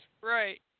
Right